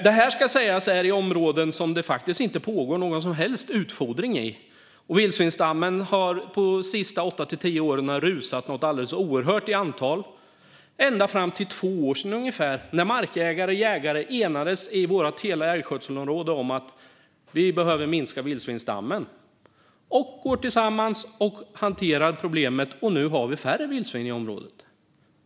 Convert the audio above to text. Det ska sägas att detta gäller områden som det faktiskt inte pågår någon som helst utfodring i. Vildsvinsstammen har under de senaste åtta till tio åren rusat något alldeles oerhört i antal - ända fram till för ungefär två år sedan, när markägare och jägare i hela vårt älgskötselområde enades om att vi behövde minska vildsvinsstammen. Då gick vi tillsammans ut och hanterade problemet, och nu har vi färre vildsvin i området.